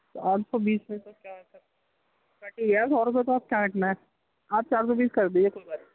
تو آٹھ سو بیس میں تو کیا ہوتا ہے سر کاٹ ہی لیا ہے سو روپیے تو اب کاٹنا ہے آپ چار سو بیس کر دیجیے کوئی بات نہیں